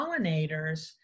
pollinators